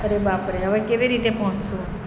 અરે બાપ રે હવે કેવી રીતે પહોંચીશું